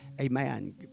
amen